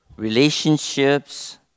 relationships